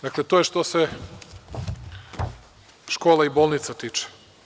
Dakle, to je što se škola i bolnica tiče.